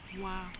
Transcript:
Wow